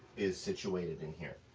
is situated in here,